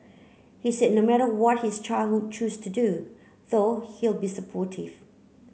he said no matter what his childhood choose to do though he'll be supportive